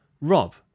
Rob